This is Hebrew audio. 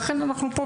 בשביל זה אנחנו פה,